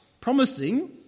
promising